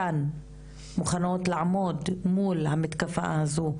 אותן מוכנות לעמוד מול המתקפה הזו,